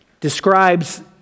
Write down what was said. describes